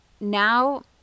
now